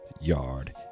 yard